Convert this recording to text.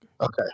Okay